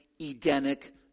Edenic